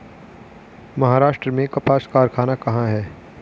महाराष्ट्र में कपास कारख़ाना कहाँ है?